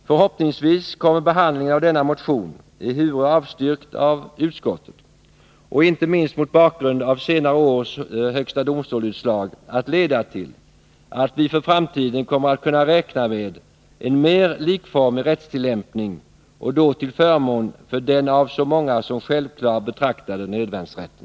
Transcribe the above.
Förhoppningsvis kommer behandlingen av denna motion, ehuru avstyrkt av utskottet, och inte minst mot bakgrund av senare års utslag i HD, att leda till att vi för framtiden kommer att kunna räkna med en mer likformig rättstillämpning, och då till förmån för den av så många som självklar betraktade nödvärnsrätten.